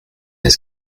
his